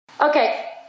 Okay